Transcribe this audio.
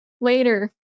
later